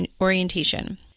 Orientation